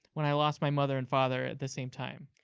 when i lost my mother and father at the same time?